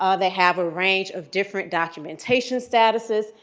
ah they have a range of different documentation statuses,